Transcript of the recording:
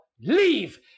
leave